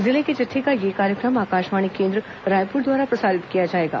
जिले की चिटठी का यह कार्यक्रम आकाशवाणी केंद्र रायप्र द्वारा प्रसारित किया जाएगा